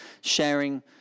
sharing